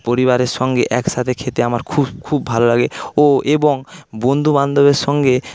পরিবারের সঙ্গে একসঙ্গে খেতে আমার খুব খুব ভালো লাগে ও এবং বন্ধুবান্ধবের সঙ্গে